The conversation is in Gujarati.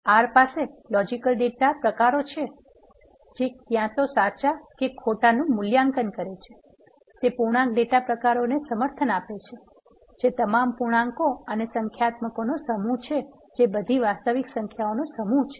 R પાસે લોજિકલ ડેટા પ્રકારો છે જે ક્યાં તો સાચા કે ખોટાનું મૂલ્ય લે છે તે પૂર્ણાંક ડેટા પ્રકારોને સમર્થન આપે છે જે તમામ પૂર્ણાંકો અને સંખ્યાત્મકનો સમૂહ છે જે બધી વાસ્તવિક સંખ્યાઓનો સમૂહ છે